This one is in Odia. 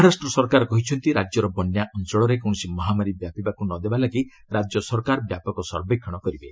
ମହାରାଷ୍ଟ ସରକାର କହିଛନ୍ତି ରାଜ୍ୟର ବନ୍ୟା ଅଞ୍ଚଳରେ କୌଣସି ମହାମାରୀ ବ୍ୟାପିବାକୁ ନ ଦେବାଲାଗି ରାଜ୍ୟ ସରକାର ବ୍ୟାପକ ସର୍ବେକ୍ଷଣ କରିବେ